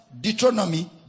deuteronomy